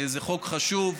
זה חוק חשוב,